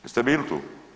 Jeste bili tu?